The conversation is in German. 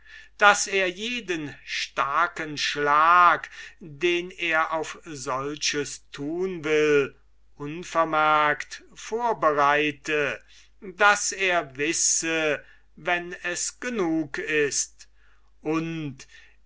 daß er jeden starken schlag den er auf solches tun will unvermerkt vorbereite daß er wisse wenn es genug ist und